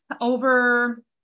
over